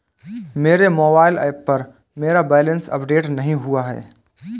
मेरे mobile app पर मेरा बैलेंस अपडेट नहीं हुआ है